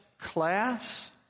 class